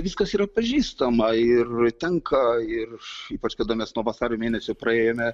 viskas yra pažįstama ir tenka ir ypač kada mes nuo vasario mėnesio praėjome